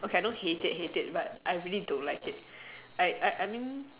okay I don't hate it hate it but I really don't like it like like I mean